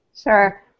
Sure